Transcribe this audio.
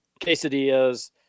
Quesadillas